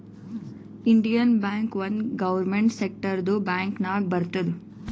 Indian bank ಒಂದ್ government ಸೆಕ್ಟರ್ದು bank ನಾಗ್ ಬರ್ತುದ್